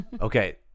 Okay